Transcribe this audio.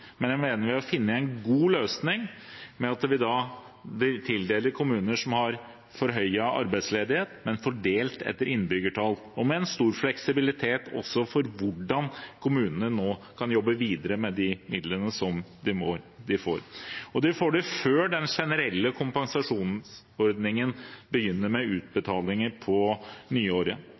men jeg mener vi har funnet en god løsning ved at vi tildeler pengene til kommuner som har forhøyet arbeidsledighet, men fordelt etter innbyggertall og med en stor fleksibilitet for hvordan kommunene kan jobbe videre med de midlene som de nå får, og det får de før den generelle kompensasjonsordningen begynner med utbetalinger på nyåret.